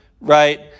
right